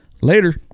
later